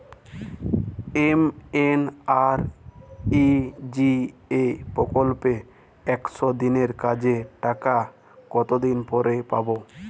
MNREGA প্রকল্পে একশ দিনের কাজের টাকা কতদিন পরে পরে পাব?